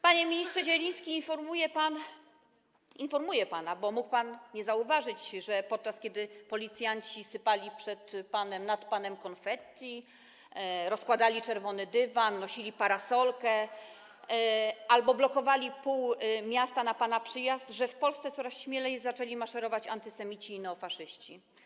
Panie ministrze Zieliński, informuję pana, bo mógł pan nie zauważyć, podczas gdy policjanci sypali nad panem konfetti, rozkładali czerwony dywan, nosili parasolkę albo blokowali pół miasta na pana przyjazd, że w Polsce coraz śmielej zaczęli maszerować antysemici i neofaszyści.